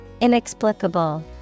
Inexplicable